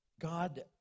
God